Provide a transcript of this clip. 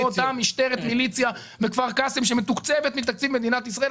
כמו אותה משטרת מיליציה בכפר קאסם שמתקצבת מתקציב מדינת ישראל.